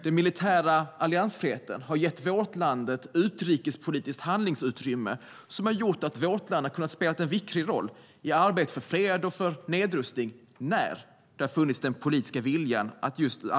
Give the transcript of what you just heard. Den militära alliansfriheten har gett vårt land ett utrikespolitiskt handlingsutrymme som har gjort att Sverige har kunnat spela en viktig roll i arbetet för fred och nedrustning när den politiska viljan har funnits.